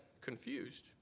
confused